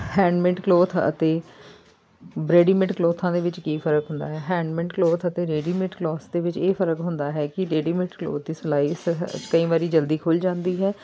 handmade cloth ਅਤੇ ਬ readymade ਕਲੋਥਾਂ ਦੇ ਵਿੱਚ ਕੀ ਫਰਕ ਹੁੰਦਾ ਹੈ ਹੈਂਡਮੈਡ ਕਲੋਥ ਅਤੇ ਰੈਡੀਮੇਡ ਕਲੋਥਸ ਦੇ ਵਿੱਚ ਇਹ ਫਰਕ ਹੁੰਦਾ ਹੈ ਕਿ ਰੈਡੀਮੇਡ ਕਲੋਥ ਦੀ ਸਿਲਾਈ ਸ ਕਈ ਵਾਰੀ ਜਲਦੀ ਖੁੱਲ੍ਹ ਜਾਂਦੀ ਹੈ